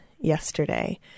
yesterday